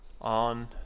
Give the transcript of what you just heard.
on